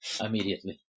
Immediately